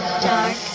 Dark